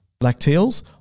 Lacteals